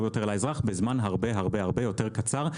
יותר לאזרח בזמן הרבה הרבה יותר קצר.